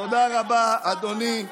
תודה רבה, אדוני.